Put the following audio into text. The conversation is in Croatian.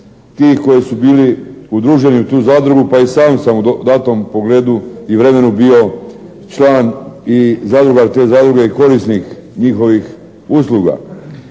tih koji su bili udruženi u tu zadrugu pa i sam sam u datom pogledu i vremenu bio član i zadrugar te zadruge i korisnik njihovih usluga.